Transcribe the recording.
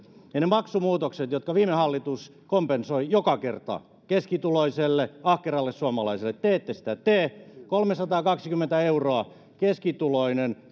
ja ne maksumuutokset jotka viime hallitus kompensoi joka kerta keskituloiselle ahkeralle suomalaiselle te ette sitä tee kolmesataakaksikymmentä euroa keskituloinen